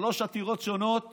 שלוש עתירות שונות